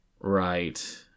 Right